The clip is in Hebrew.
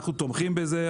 אנחנו תומכים בזה,